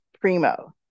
Primo